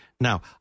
Now